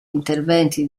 interventi